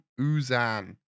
Uzan